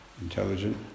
intelligent